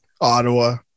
Ottawa